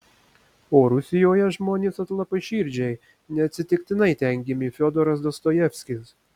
o rusijoje žmonės atlapaširdžiai neatsitiktinai ten gimė fiodoras dostojevskis